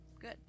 Good